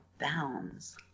bounds